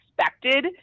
expected